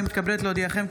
אני מתכבדת להודיעכם,